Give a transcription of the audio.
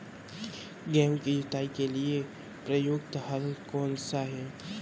गेहूँ की जुताई के लिए प्रयुक्त हल कौनसा है?